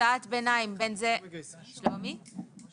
ביניים כזה כי נכה צה"ל רגיל שנפטר